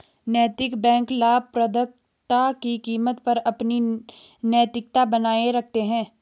नैतिक बैंक लाभप्रदता की कीमत पर अपनी नैतिकता बनाए रखते हैं